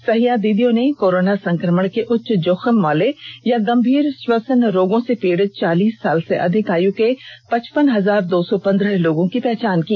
सहिया दीदीयों ने कोरोना संक्रमण के उच्च जोखिम वाले या गंभीर श्वसन रोगों से पीड़ित चालीस साल से अधिक आय के पचपन हजार दो सौ पंद्रह लोगों की पहचान की